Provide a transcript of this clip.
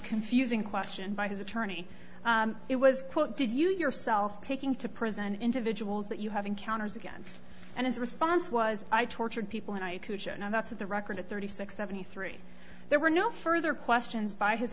confusing question by his attorney it was put did you yourself taking to prison individuals that you have encounters against and his response was i tortured people and i know that's at the record at thirty six seventy three there were no further questions by his